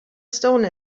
stone